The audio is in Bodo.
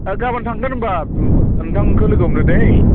गाबोन थांगोन होमबा ओ नोंथांखौ लोगो हमनो दै